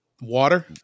water